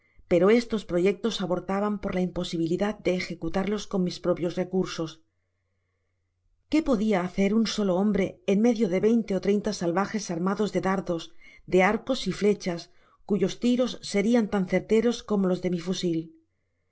pero estos proyectos abortaban por la imposibilidad de ejecutarlos con mis propios recursos qué podia hacer un solo hombre en medio de veinte ó treinta salvajes armados de dardos de arcos y flechas cuyos tiros serian tan certeros comó los de mi fusil